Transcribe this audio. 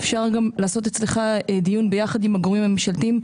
אפשר לקיים דיון אצלך יחד עם הגורמים הממשלתיים.